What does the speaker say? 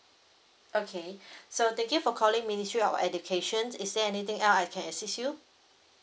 okay so thank you for calling ministry of education is there anything else I can assist you